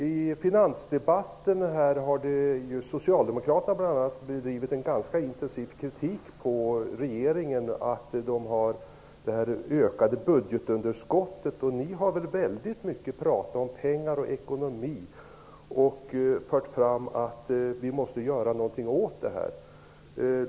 I finansdebatten har bl.a. socialdemokraterna riktat en ganska intensiv kritik mot regeringen på grund av det ökade budgetunderskottet. Ni har talat väldigt mycket om pengar och ekonomi och fört fram att vi måste göra något åt förhållandena.